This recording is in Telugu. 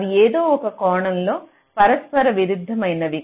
అవి ఏదో ఒక కోణంలో పరస్పర విరుద్ధమైనవి